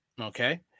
okay